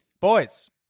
Boys